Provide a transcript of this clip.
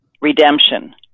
redemption